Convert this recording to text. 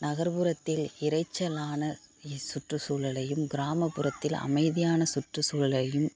நகர்ப்புறத்தில் இரைச்சலான சுற்றுசூழலையும் கிராமப்புறத்தில் அமைதியான சுற்றுசூழலையும்